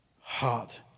heart